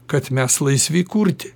kad mes laisvi kurti